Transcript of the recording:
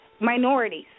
Minorities